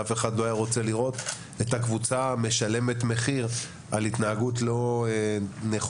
אף אחד לא היה רוצה לראות את הקבוצה משלמת מחיר על התנהגות לא נכונה